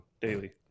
daily